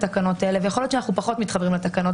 ויכול להיות שאנחנו פחות מתחברים אליהן,